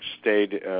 stayed